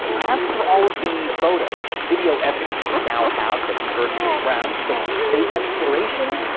as for all of the photos and video evidence we now have that the earth is round, thanks to space exploration,